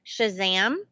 Shazam